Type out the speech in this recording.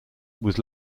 was